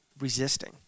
Resisting